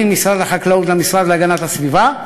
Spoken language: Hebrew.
ממשרד החקלאות למשרד להגנת הסביבה.